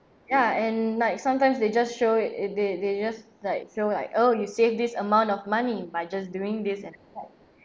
ya and like sometimes they just show it they they just like show like oh you save this amount of money by just during this and that